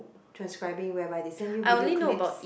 transcribing whereby they send you video clips